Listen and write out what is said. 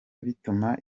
bituma